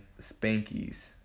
Spankies